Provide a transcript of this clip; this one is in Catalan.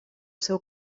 seu